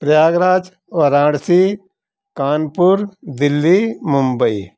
Prayagraj Varanasi Kanpur Delhi Mumbai